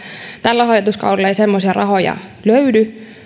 tällä hallituskaudella ei semmoisia rahoja löydy